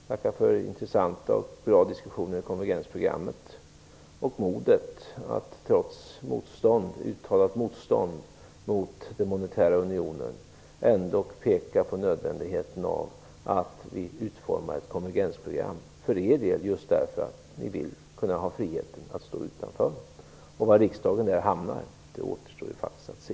Tack för intressanta och bra diskussioner om konvergensprogrammet och modet att trots uttalat motstånd mot den monetära unionen ändock peka på nödvändigheten av att vi utformar ett konvergensprogram, för er del just därför att ni vill kunna ha friheten att stå utanför. Var riksdagen där hamnar återstår ju faktiskt att se.